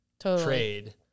trade